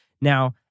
Now